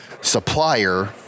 supplier